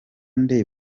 nde